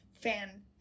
fan